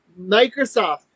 Microsoft